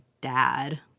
dad